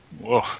whoa